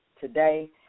today